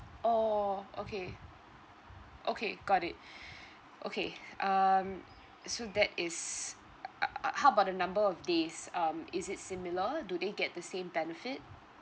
oh okay okay got it okay um so that is uh how about the number of days um is it similar do they get the same benefit